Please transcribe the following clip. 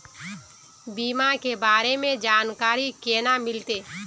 बीमा के बारे में जानकारी केना मिलते?